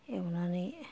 एवनानै